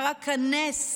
קרה כאן נס,